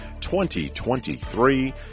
2023